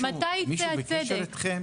מתי יצא הצדק?